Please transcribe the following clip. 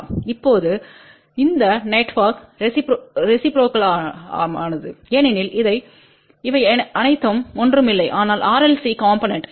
இப்போது இந்த நெட்வொர்க் ரெசிப்ரோக்கல்மானது ஏனெனில் இவை அனைத்தும் ஒன்றுமில்லை ஆனால் RLC காம்போனென்ட்